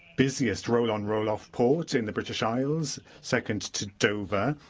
busiest roll-on, roll-off port in the british isles, second to dover.